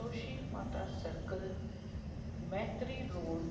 Santoshi Mata circle Maitri road